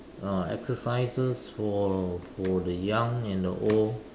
ah exercises for for the young and the old